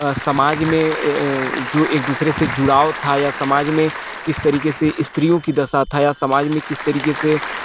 समाज में अ जो एक दूसरे से जुड़ाव था या समाज में किस तरीके से इस्त्रियों की दशा था या समाज में किस तरीके से